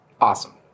awesome